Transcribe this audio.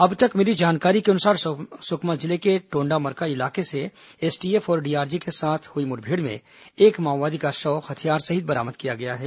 अब तक मिली जानकारी के अनुसार सुकमा जिले के टोण्डामरका इलाके में एसटीएफ और डीआरजी के साथ हुई मुठभेड़ में एक माओवादी का शव हथियार सहित बरामद किया गया है